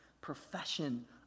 profession